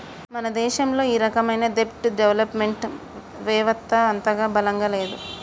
మన దేశంలో ఈ రకమైన దెబ్ట్ డెవలప్ మెంట్ వెవత్త అంతగా బలంగా లేదు